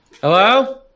Hello